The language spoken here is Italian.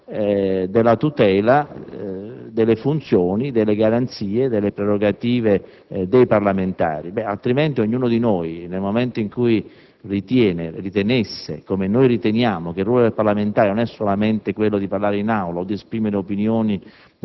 della tutela delle funzioni, delle garanzie e delle prerogative dei parlamentari. Senza tale tutela, ognuno di noi, nel momento in cui ritenesse, come noi riteniamo, che il ruolo del parlamentare non sia solamente quello di parlare in Aula o di esprimere opinioni